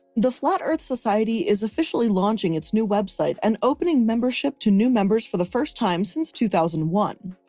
the flat earth society is officially launching its new website and opening membership to new members for the first time since two thousand and one.